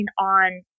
on